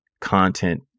content